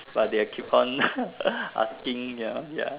but they are keep on asking ya ya